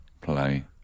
Play